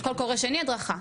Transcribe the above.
קול קורא שני הדרכה.